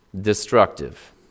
destructive